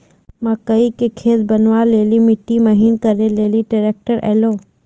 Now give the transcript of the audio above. मकई के खेत बनवा ले ली मिट्टी महीन करे ले ली ट्रैक्टर ऐलो?